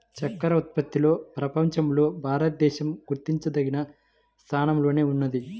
చక్కర ఉత్పత్తిలో ప్రపంచంలో భారతదేశం గుర్తించదగిన స్థానంలోనే ఉన్నది